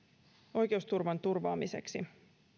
oikeusturvan turvaamiseksi